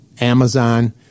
Amazon